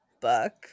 book